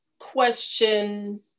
Question